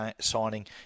signing